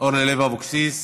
אורלי לוי אבקסיס,